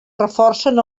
reforcen